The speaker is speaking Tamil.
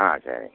ஆ சரிங்க